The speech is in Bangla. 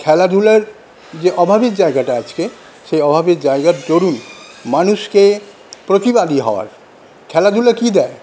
খেলাধুলার যে অভাবের জায়গাটা আজকে সেই অভাবের জায়গার দরুণ মানুষকে প্রতিবাদী হওয়ার খেলাধুলা কি দেয়